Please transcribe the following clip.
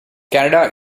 canada